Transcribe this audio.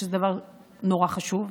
שזה דבר חשוב מאוד,